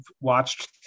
watched